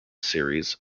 series